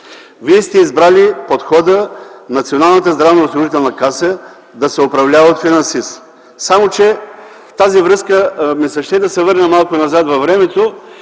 Вие сте избрали подхода Националната здравноосигурителна каса да се управлява от финансист. В тази връзка ми се иска да се върна малко назад във времето